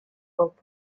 pob